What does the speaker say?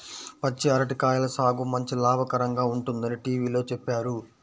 పచ్చి అరటి కాయల సాగు మంచి లాభకరంగా ఉంటుందని టీవీలో చెప్పారు